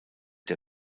der